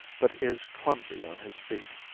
but is clumsy on his feet.